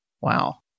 Wow